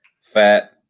fat